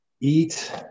eat